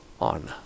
on